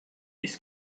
his